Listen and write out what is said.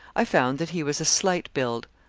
i found that he was a slight build,